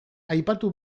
aipatu